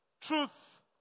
truth